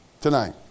tonight